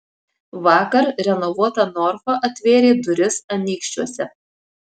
vakar renovuota norfa atvėrė duris anykščiuose